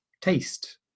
taste